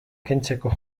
kentzeko